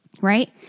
Right